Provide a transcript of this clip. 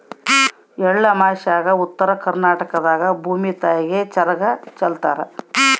ಎಳ್ಳಮಾಸ್ಯಾಗ ಉತ್ತರ ಕರ್ನಾಟಕದಾಗ ಭೂತಾಯಿಗೆ ಚರಗ ಚೆಲ್ಲುತಾರ